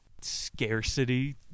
Scarcity